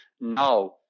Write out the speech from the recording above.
now